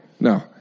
no